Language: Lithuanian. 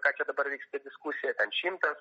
ką čia dabar vyksta diskusija ten šimtas